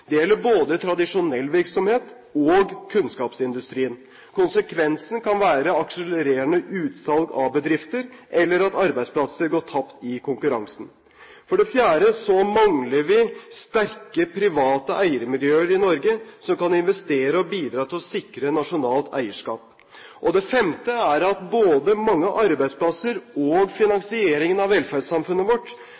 Det gjelder både tradisjonell virksomhet og kunnskapsindustrien. Konsekvensen kan være et akselererende utsalg av bedrifter eller at arbeidsplasser går tapt i konkurransen. Vi mangler sterke private eiermiljøer i Norge som kan investere og bidra til å sikre nasjonalt eierskap. Både mange arbeidsplasser og